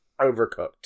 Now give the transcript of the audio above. overcooked